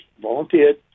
volunteered